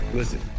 Listen